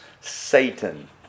Satan